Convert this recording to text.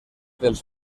dels